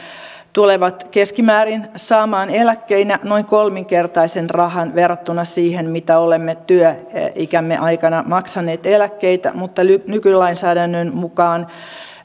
tulevat keskimäärin saamaan eläkkeinä noin kolminkertaisen rahan verrattuna siihen mitä olemme työikämme aikana maksaneet eläkkeitä mutta nykylainsäädännön mukaan